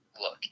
look